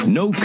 No